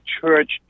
Church